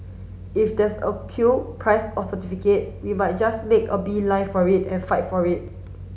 if there's a queue prize or certificate we might just make a beeline for it and fight for it